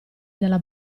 dalla